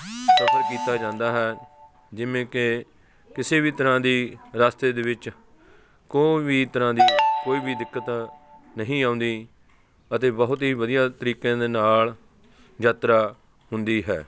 ਸਫਰ ਕੀਤਾ ਜਾਂਦਾ ਹੈ ਜਿਵੇਂ ਕਿ ਕਿਸੇ ਵੀ ਤਰ੍ਹਾਂ ਦੀ ਰਸਤੇ ਦੇ ਵਿੱਚ ਕੋਈ ਵੀ ਤਰ੍ਹਾਂ ਦੀ ਕੋਈ ਵੀ ਦਿੱਕਤ ਨਹੀਂ ਆਉਂਦੀ ਅਤੇ ਬਹੁਤ ਹੀ ਵਧੀਆ ਤਰੀਕੇ ਦੇ ਨਾਲ ਯਾਤਰਾ ਹੁੰਦੀ ਹੈ